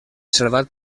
salvat